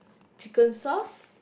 chicken sauce